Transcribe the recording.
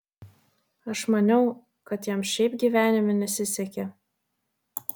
aš maniau kad jam šiaip gyvenime nesisekė